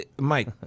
Mike